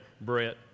Brett